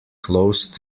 close